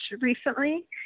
recently